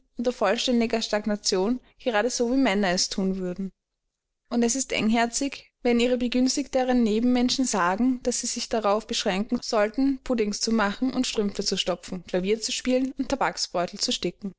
vollständiger stagnation gerade so wie männer es thun würden und es ist engherzig wenn ihre begünstigteren nebenmenschen sagen daß sie sich darauf beschränken sollten puddings zu machen und strümpfe zu stopfen klavier zu spielen und tabaksbeutel zu sticken